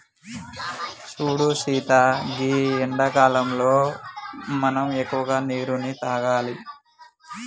సూడు సీత గీ ఎండాకాలంలో మనం ఎక్కువగా నీరును తాగాలి